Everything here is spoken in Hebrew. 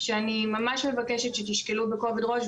שאני ממש מבקשת שתשקלו בכובד ראש,